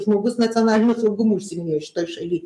žmogus nacionaliniu saugumu užsiiminėja šitoj šaly